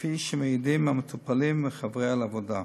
כפי שמעידים המטופלים וחבריה לעבודה.